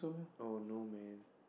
oh no man